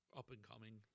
up-and-coming